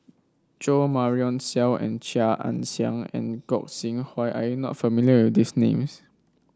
Jo Marion Seow and Chia Ann Siang and Gog Sing Hooi are you not familiar with these names